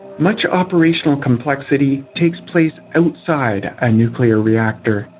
much operational complexity takes place outside a nuclear reactor.